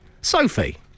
Sophie